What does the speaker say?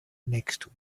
next